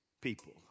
people